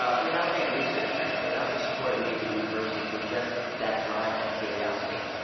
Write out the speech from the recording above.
ah without big research grants, without the support of major universities, with just that drive of curiosity.